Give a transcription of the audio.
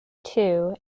two